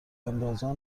اندازان